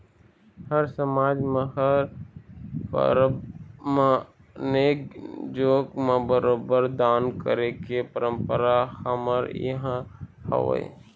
हर समाज म हर परब म नेंग जोंग म बरोबर दान करे के परंपरा हमर इहाँ हवय